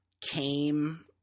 came